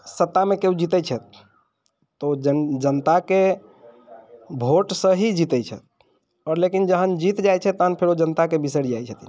सत्तामे केओ जीतैत छथि तऽ ओ जन जनताके भोटसँ ही जीतैत छथि आओर लेकिन जहन जीत जाइत छथि तहन फेर ओ जनता के बिसरि जाइत छथिन